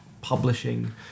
publishing